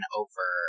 over